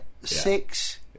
Six